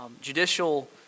judicial